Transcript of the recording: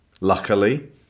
luckily